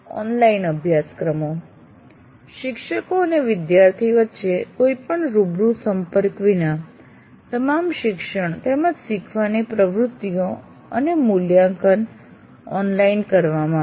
online અભ્યાસક્રમો શિક્ષકો અને વિદ્યાર્થીઓ વચ્ચે કોઈપણ રૂબરૂ સંપર્ક વિના તમામ શિક્ષણ તેમજ શીખવાની પ્રવૃત્તિઓ અને મૂલ્યાંકન ઓનલાઇન કરવામાં આવે છે